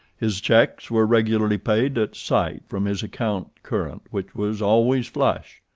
his cheques were regularly paid at sight from his account current, which was always flush.